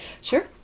Sure